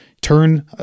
turn